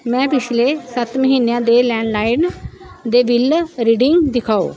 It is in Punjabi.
ਮੈਂ ਪਿਛਲੇ ਸੱਤ ਮਹੀਨਿਆਂ ਦੇ ਲੈਂਡਲਾਈਨ ਦੇ ਬਿਲ ਰੀਡਿੰਗ ਦਿਖਾਓ